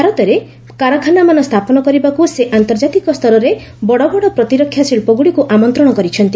ଭାରତରେ କାରଖାନାମାନ ସ୍ଥାପନ କରିବାକୁ ସେ ଆନ୍ତର୍ଜାତିକ ସ୍ତରର ବଡ ବଡ ପ୍ରତିରକ୍ଷା ଶିଳ୍ପଗୁଡ଼ିକୁ ଆମନ୍ତ୍ରଣ କରିଛନ୍ତି